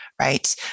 right